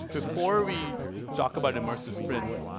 before we talk about immersive sprints,